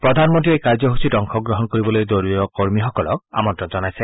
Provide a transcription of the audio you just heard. প্ৰধানমন্ত্ৰীয়ে এই কাৰ্যসূচীত অংশগ্ৰহণ কৰিবলৈ দলীয় কৰ্মীসকলক আমল্লণ জনাইছে